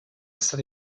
stato